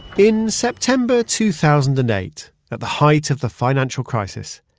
in september two thousand and eight, at the height of the financial crisis,